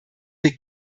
wir